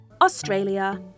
Australia